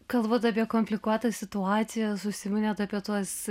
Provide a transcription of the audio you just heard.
kalbat apie komplikuotas situacijas užsiminėt apie tuos